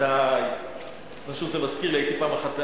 זה מזכיר לי, הייתי פעם בהר-הבית,